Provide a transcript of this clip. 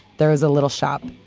there's a little shop.